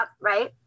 right